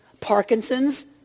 Parkinson's